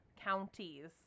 counties